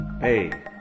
Hey